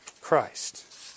Christ